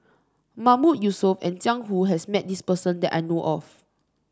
Mahmood Yusof and Jiang Hu has met this person that I know of